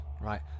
right